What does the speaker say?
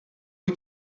wyt